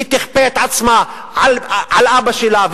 היא תכפה את עצמה על אבא שלה,